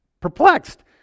perplexed